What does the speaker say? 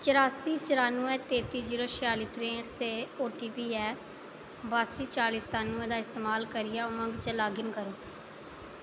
चरासी चरानुए तेत्ती जीरो छेआली त्रेंह्ठ ते ओटीपी ऐ बास्सी चाली सतानुए दा इस्तेमाल करियै उमंग च लाग इन करो